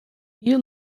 you